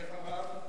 מי אחריו?